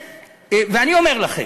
ואני אומר לכם,